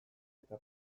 eta